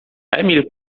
emil